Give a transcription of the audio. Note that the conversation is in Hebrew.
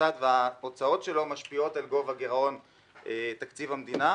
המוסד וההוצאות שלו משפיעות על גובה גירעון תקציב המדינה.